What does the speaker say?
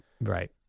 Right